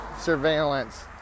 surveillance